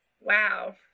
wow